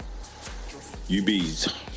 UBs